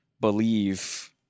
believe –